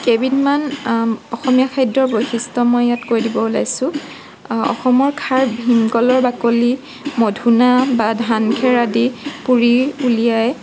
কেইবিধমান অসমীয়া খাদ্যৰ বৈশিষ্ট্য মই ইয়াত কৈ দিব ওলাইছোঁ অসমৰ খাৰ ভীম কলৰ বাকলি মধূনা বা ধান খেৰ আদি পুৰি উলিয়ায়